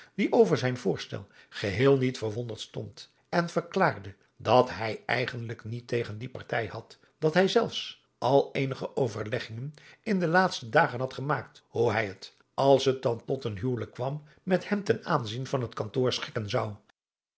die over zijn voorstel geheel niet verwonderd stond en verklaarde dat hij eigenlijk niet tegen die partij had dat hij zelfs al eenige overleggingen in de laatste dagen had gemaakt hoe hij het als het dan tot een huwelijk kwam met hem ten aanzien van het kantoor schikken zou